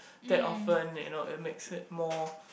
that often you know it makes it more